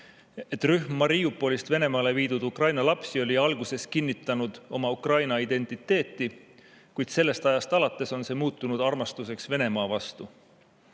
et rühm Mariupolist Venemaale viidud Ukraina lapsi oli alguses kinnitanud oma Ukraina identiteeti, kuid sellest ajast alates on see muutunud armastuseks Venemaa vastu.22.